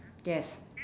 yes